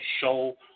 show